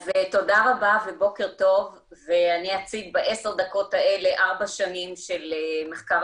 אז תודה רבה ובוקר טוב ואני אציג בעשר הדקות האלה ארבע שנים של מחקר